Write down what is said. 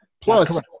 Plus